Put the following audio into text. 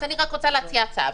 אני רק רוצה להציע הצעה,